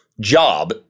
job